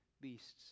beasts